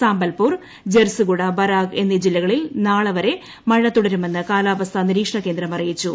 സാമ്പൽപൂർ ജർസ്ഗുഡ ബരാഗ് എന്നീ ജില്ലകളിൽ നാളെവരെ മഴ തുടരുമെന്ന് കാലാവസ്ഥാ നിരീക്ഷണ കേന്ദ്രം അറിയിച്ചു